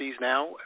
now